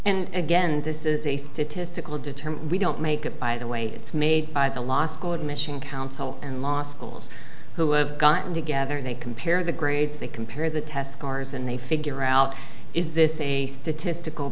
and again this is a statistical determined we don't make it by the way it's made by the law school admission council and law schools who have gotten together they compare the grades they compare the test scores and they figure out is this a statistical